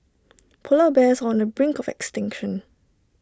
Polar Bears on the brink of extinction